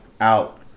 out